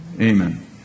Amen